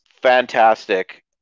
fantastic